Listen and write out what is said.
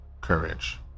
courage